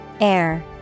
Air